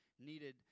needed